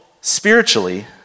spiritually